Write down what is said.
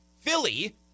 Philly